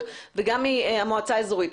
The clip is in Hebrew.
גם מהמינהל האזרחי וגם מהמועצה האזורית,